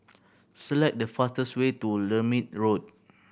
select the fastest way to Lermit Road